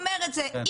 את זה,